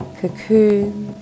cocoon